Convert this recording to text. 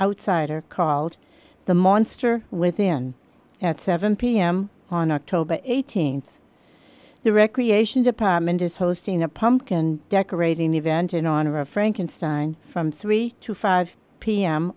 outsider called the monster within at seven pm on october th the recreation department is hosting a pumpkin decorating event in honor of frankenstein from three dollars to five pm